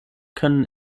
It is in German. können